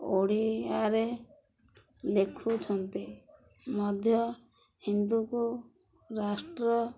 ଓଡ଼ିଆରେ ଲେଖୁଛନ୍ତି ମଧ୍ୟ ହିନ୍ଦୁକୁ ରାଷ୍ଟ୍ର